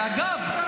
ואגב,